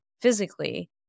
physically